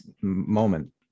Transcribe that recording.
moment